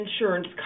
insurance